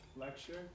lecture